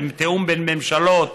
זה תיאום בין ממשלות,